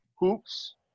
Hoops